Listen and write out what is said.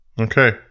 Okay